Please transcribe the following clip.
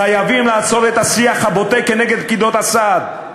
חייבים לעצור את השיח הבוטה כנגד פקידות הסעד.